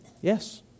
yes